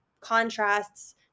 contrasts